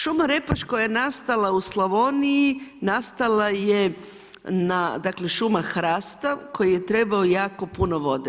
Šuma Repaš koja je nastala u Slavoniji, nastala je na, dakle, šuma hrasta koji je trebao jako puno vode.